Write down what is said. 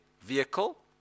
vehicle